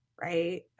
Right